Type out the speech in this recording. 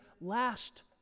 last